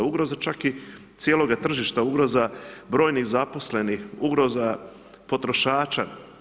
Ugroza čak i cijeloga tržišta, ugroza brojnih zaposlenih, ugroza potrošača.